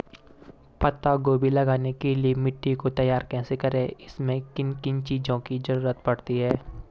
पत्ता गोभी लगाने के लिए मिट्टी को तैयार कैसे करें इसमें किन किन चीज़ों की जरूरत पड़ती है?